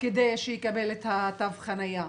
כדי שיקבל את תו החנייה.